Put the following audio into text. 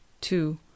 two